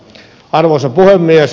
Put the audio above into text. arvoisa puhemies